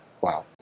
Wow